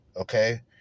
okay